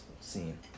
scene